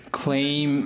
claim